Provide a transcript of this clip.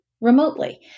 Remotely